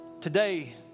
Today